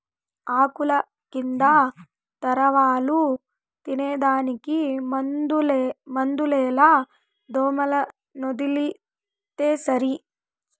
ఆకుల కింద లారవాలు తినేదానికి మందులేల దోమలనొదిలితే సరి